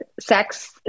sex